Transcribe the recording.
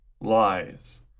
lies